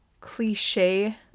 cliche